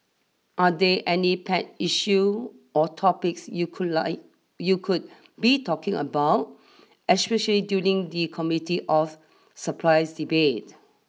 are there any pet issue or topics you could like you could be talking about especially during the Committee of Supplies debate